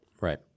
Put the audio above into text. Right